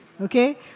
okay